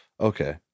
Okay